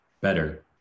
better